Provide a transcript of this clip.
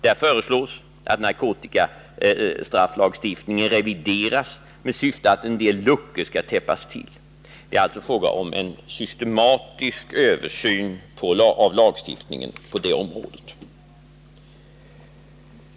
Där föreslås att narkotikastrafflagstiftningen revideras med syfte att en del luckor skall täppas till. Det är alltså fråga om en systematisk översyn av lagstiftningen på det området.